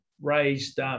raised